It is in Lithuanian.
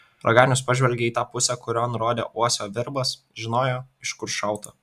raganius pažvelgė į tą pusę kurion rodė uosio virbas žinojo iš kur šauta